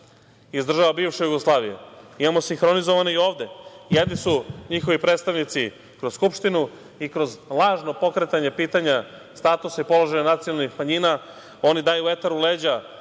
iz država bivše Jugoslavije. Imamo sinhronizovano i ovde. Jedni su njihovi predstavnici kroz Skupštinu i kroz lažno pokretanje pitanja statusa i položaja nacionalnih manjina. Oni daju vetar u leđa